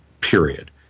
period